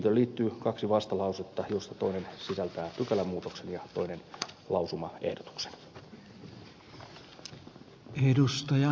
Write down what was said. mietintöön liittyy kaksi vastalausetta joista toinen sisältää pykälämuutoksen ja toinen lausumaehdotuksen